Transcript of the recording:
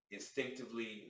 instinctively –